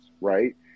right